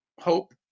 hope